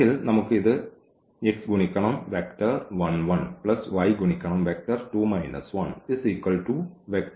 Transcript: അല്ലെങ്കിൽ നമുക്ക് ഇത് x ഗുണിക്കണം വെക്റ്റർ 1 1 പ്ലസ് y ഗുണിക്കണം വെക്റ്റർ 2 1 വെക്റ്റർ 4 1 എന്നെഴുതാം